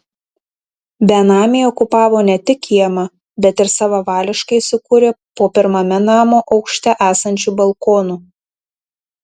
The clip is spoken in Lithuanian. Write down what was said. benamiai okupavo ne tik kiemą bet ir savavališkai įsikūrė po pirmame namo aukšte esančiu balkonu